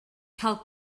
cael